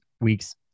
week's